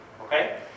Okay